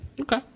Okay